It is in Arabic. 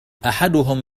أحدهم